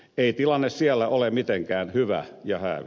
ei tilanne siellä ole mitenkään hyvä ja häävi